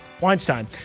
Weinstein